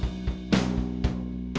he